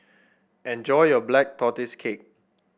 enjoy your Black Tortoise Cake